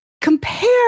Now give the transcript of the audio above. compare